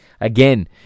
again